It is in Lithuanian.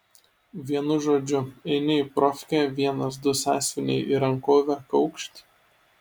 vienu žodžiu eini į profkę vienas du sąsiuviniai į rankovę kaukšt